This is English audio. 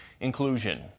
inclusion